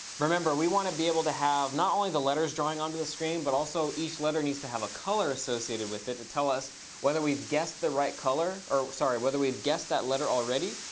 remember, we want to be able to have not only the letters drawing onto the screen, but also each letter needs to have a color associated with it to tell us whether we've guessed the right color or sorry, whether we've guessed that letter already,